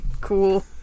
cool